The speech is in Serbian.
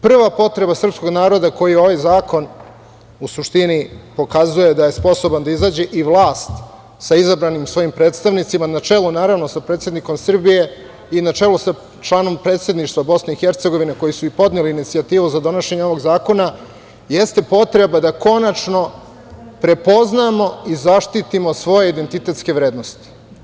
Prva potreba srpskog naroda koji ovaj zakon u suštini pokazuje da je sposoban da izađe i vlast sa izabranim svojim predstavnicima, na čelu, naravno, sa predsednikom Srbije i na čelu sa članom Predsedništva BiH, koji su i podneli inicijativu za donošenje ovog zakona, jeste potreba da konačno prepoznamo i zaštitimo svoje identitetske vrednosti.